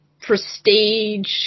prestige